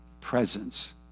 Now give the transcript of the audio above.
presence